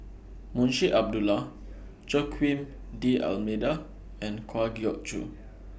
Munshi Abdullah Joaquim D'almeida and Kwa Geok Choo